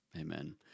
Amen